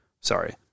Sorry